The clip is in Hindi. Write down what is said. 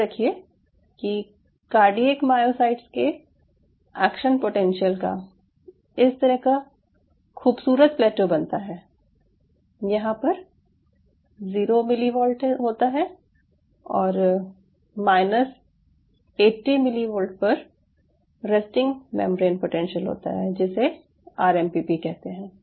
याद रखिये कि कार्डियक मायोसाइट्स के एक्शन पोटेंशियल का इस तरह का खूबसूरत प्लेटो बनता है यहाँ पर जीरो मिलीवाल्ट होता है और माइनस 80 मिलीवाल्ट पर रेस्टिंग मेम्ब्रेन पोटेंशियल होता है जिसे आरएमपी भी कहते हैं